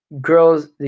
girls